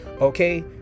okay